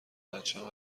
بچم